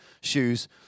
shoes